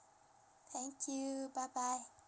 thank you bye bye